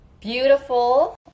beautiful